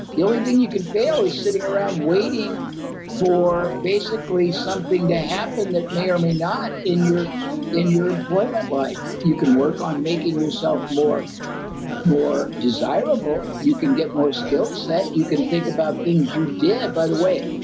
the only thing you can fail is sitting around waiting for basically something to happen that may or may not in your in your employment life. you can work on making yourself more more desirable. you can get more skillset. you can think about things you did. by the way,